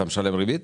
אתה משלם ריבית?